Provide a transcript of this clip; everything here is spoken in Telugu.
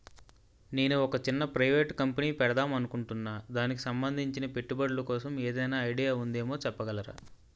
నేను ఒక చిన్న ప్రైవేట్ కంపెనీ పెడదాం అనుకుంటున్నా దానికి సంబందించిన పెట్టుబడులు కోసం ఏదైనా ఐడియా ఉందేమో చెప్పగలరా?